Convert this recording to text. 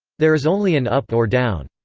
there is only an up or down.